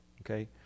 Okay